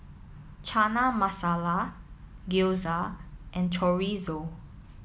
Chana Masala Gyoza and Chorizo